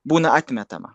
būna atmetama